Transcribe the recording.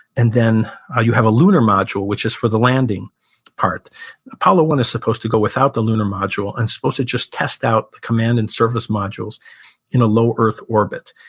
and then you have a lunar module, which is for the landing part apollo one is supposed to go without the lunar module and is supposed to just test out the command and service modules in a low earth orbit.